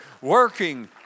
working